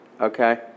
Okay